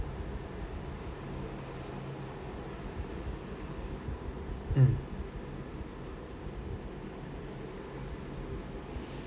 mm